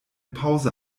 pause